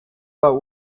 war